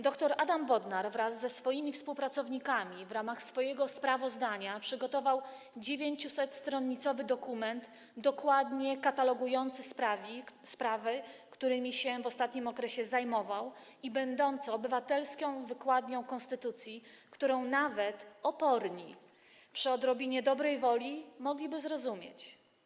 Dr Adam Bodnar wraz ze współpracownikami w ramach swojego sprawozdania przygotował 900-stronicowy dokument dokładnie katalogujący sprawy, którymi się w ostatnim okresie zajmował, i będący obywatelską wykładnią konstytucji, którą nawet oporni przy odrobinie dobrej woli mogliby zrozumieć.